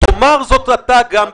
תאמר את זה אתה גם ביושר,